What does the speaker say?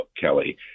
Kelly